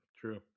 true